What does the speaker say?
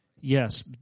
Yes